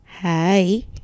Hi